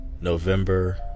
November